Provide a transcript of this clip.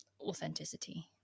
authenticity